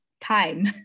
time